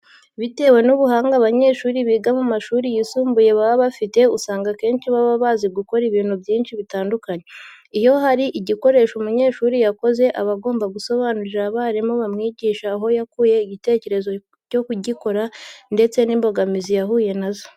Bitewe n'ubuhanga abanyeshuri biga mu mashuri yisumbuye baba bafite, usanga akenshi baba bazi gukora ibintu byinshi bitandukanye. Iyo hari igikoresho umunyeshuri yakoze, aba agomba gusobanurira abarimu bamwigisha aho yakuye igitekerezo cyo kugikora ndetse n'imbogambizi yahuye na zo.